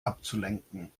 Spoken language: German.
abzulenken